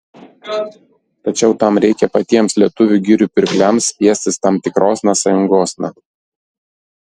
tačiau tam reikia patiems lietuvių girių pirkliams spiestis tam tikrosna sąjungosna